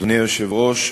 אדוני היושב-ראש,